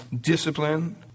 discipline